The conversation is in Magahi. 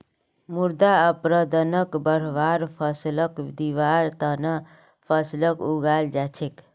मृदा अपरदनक बढ़वार फ़सलक दिबार त न फसलक उगाल जा छेक